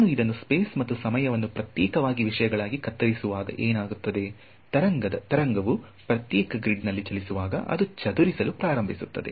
ನಾನು ಇದನ್ನು ಸ್ಪೇಸ್ ಮತ್ತು ಸಮಯ ವನ್ನು ಪ್ರತ್ಯೇಕವಾದ ವಿಷಯಗಳಾಗಿ ಕತ್ತರಿಸುವಾಗ ಏನಾಗುತ್ತದೆ ತರಂಗವು ಪ್ರತ್ಯೇಕ ಗ್ರಿಡ್ ನಲ್ಲಿ ಚಲಿಸುವಾಗ ಅದು ಚದುರಿಸಲು ಪ್ರಾರಂಭಿಸುತ್ತದೆ